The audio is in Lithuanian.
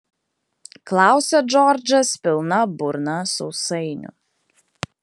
klausia džordžas pilna burna sausainių